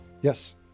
Yes